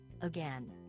again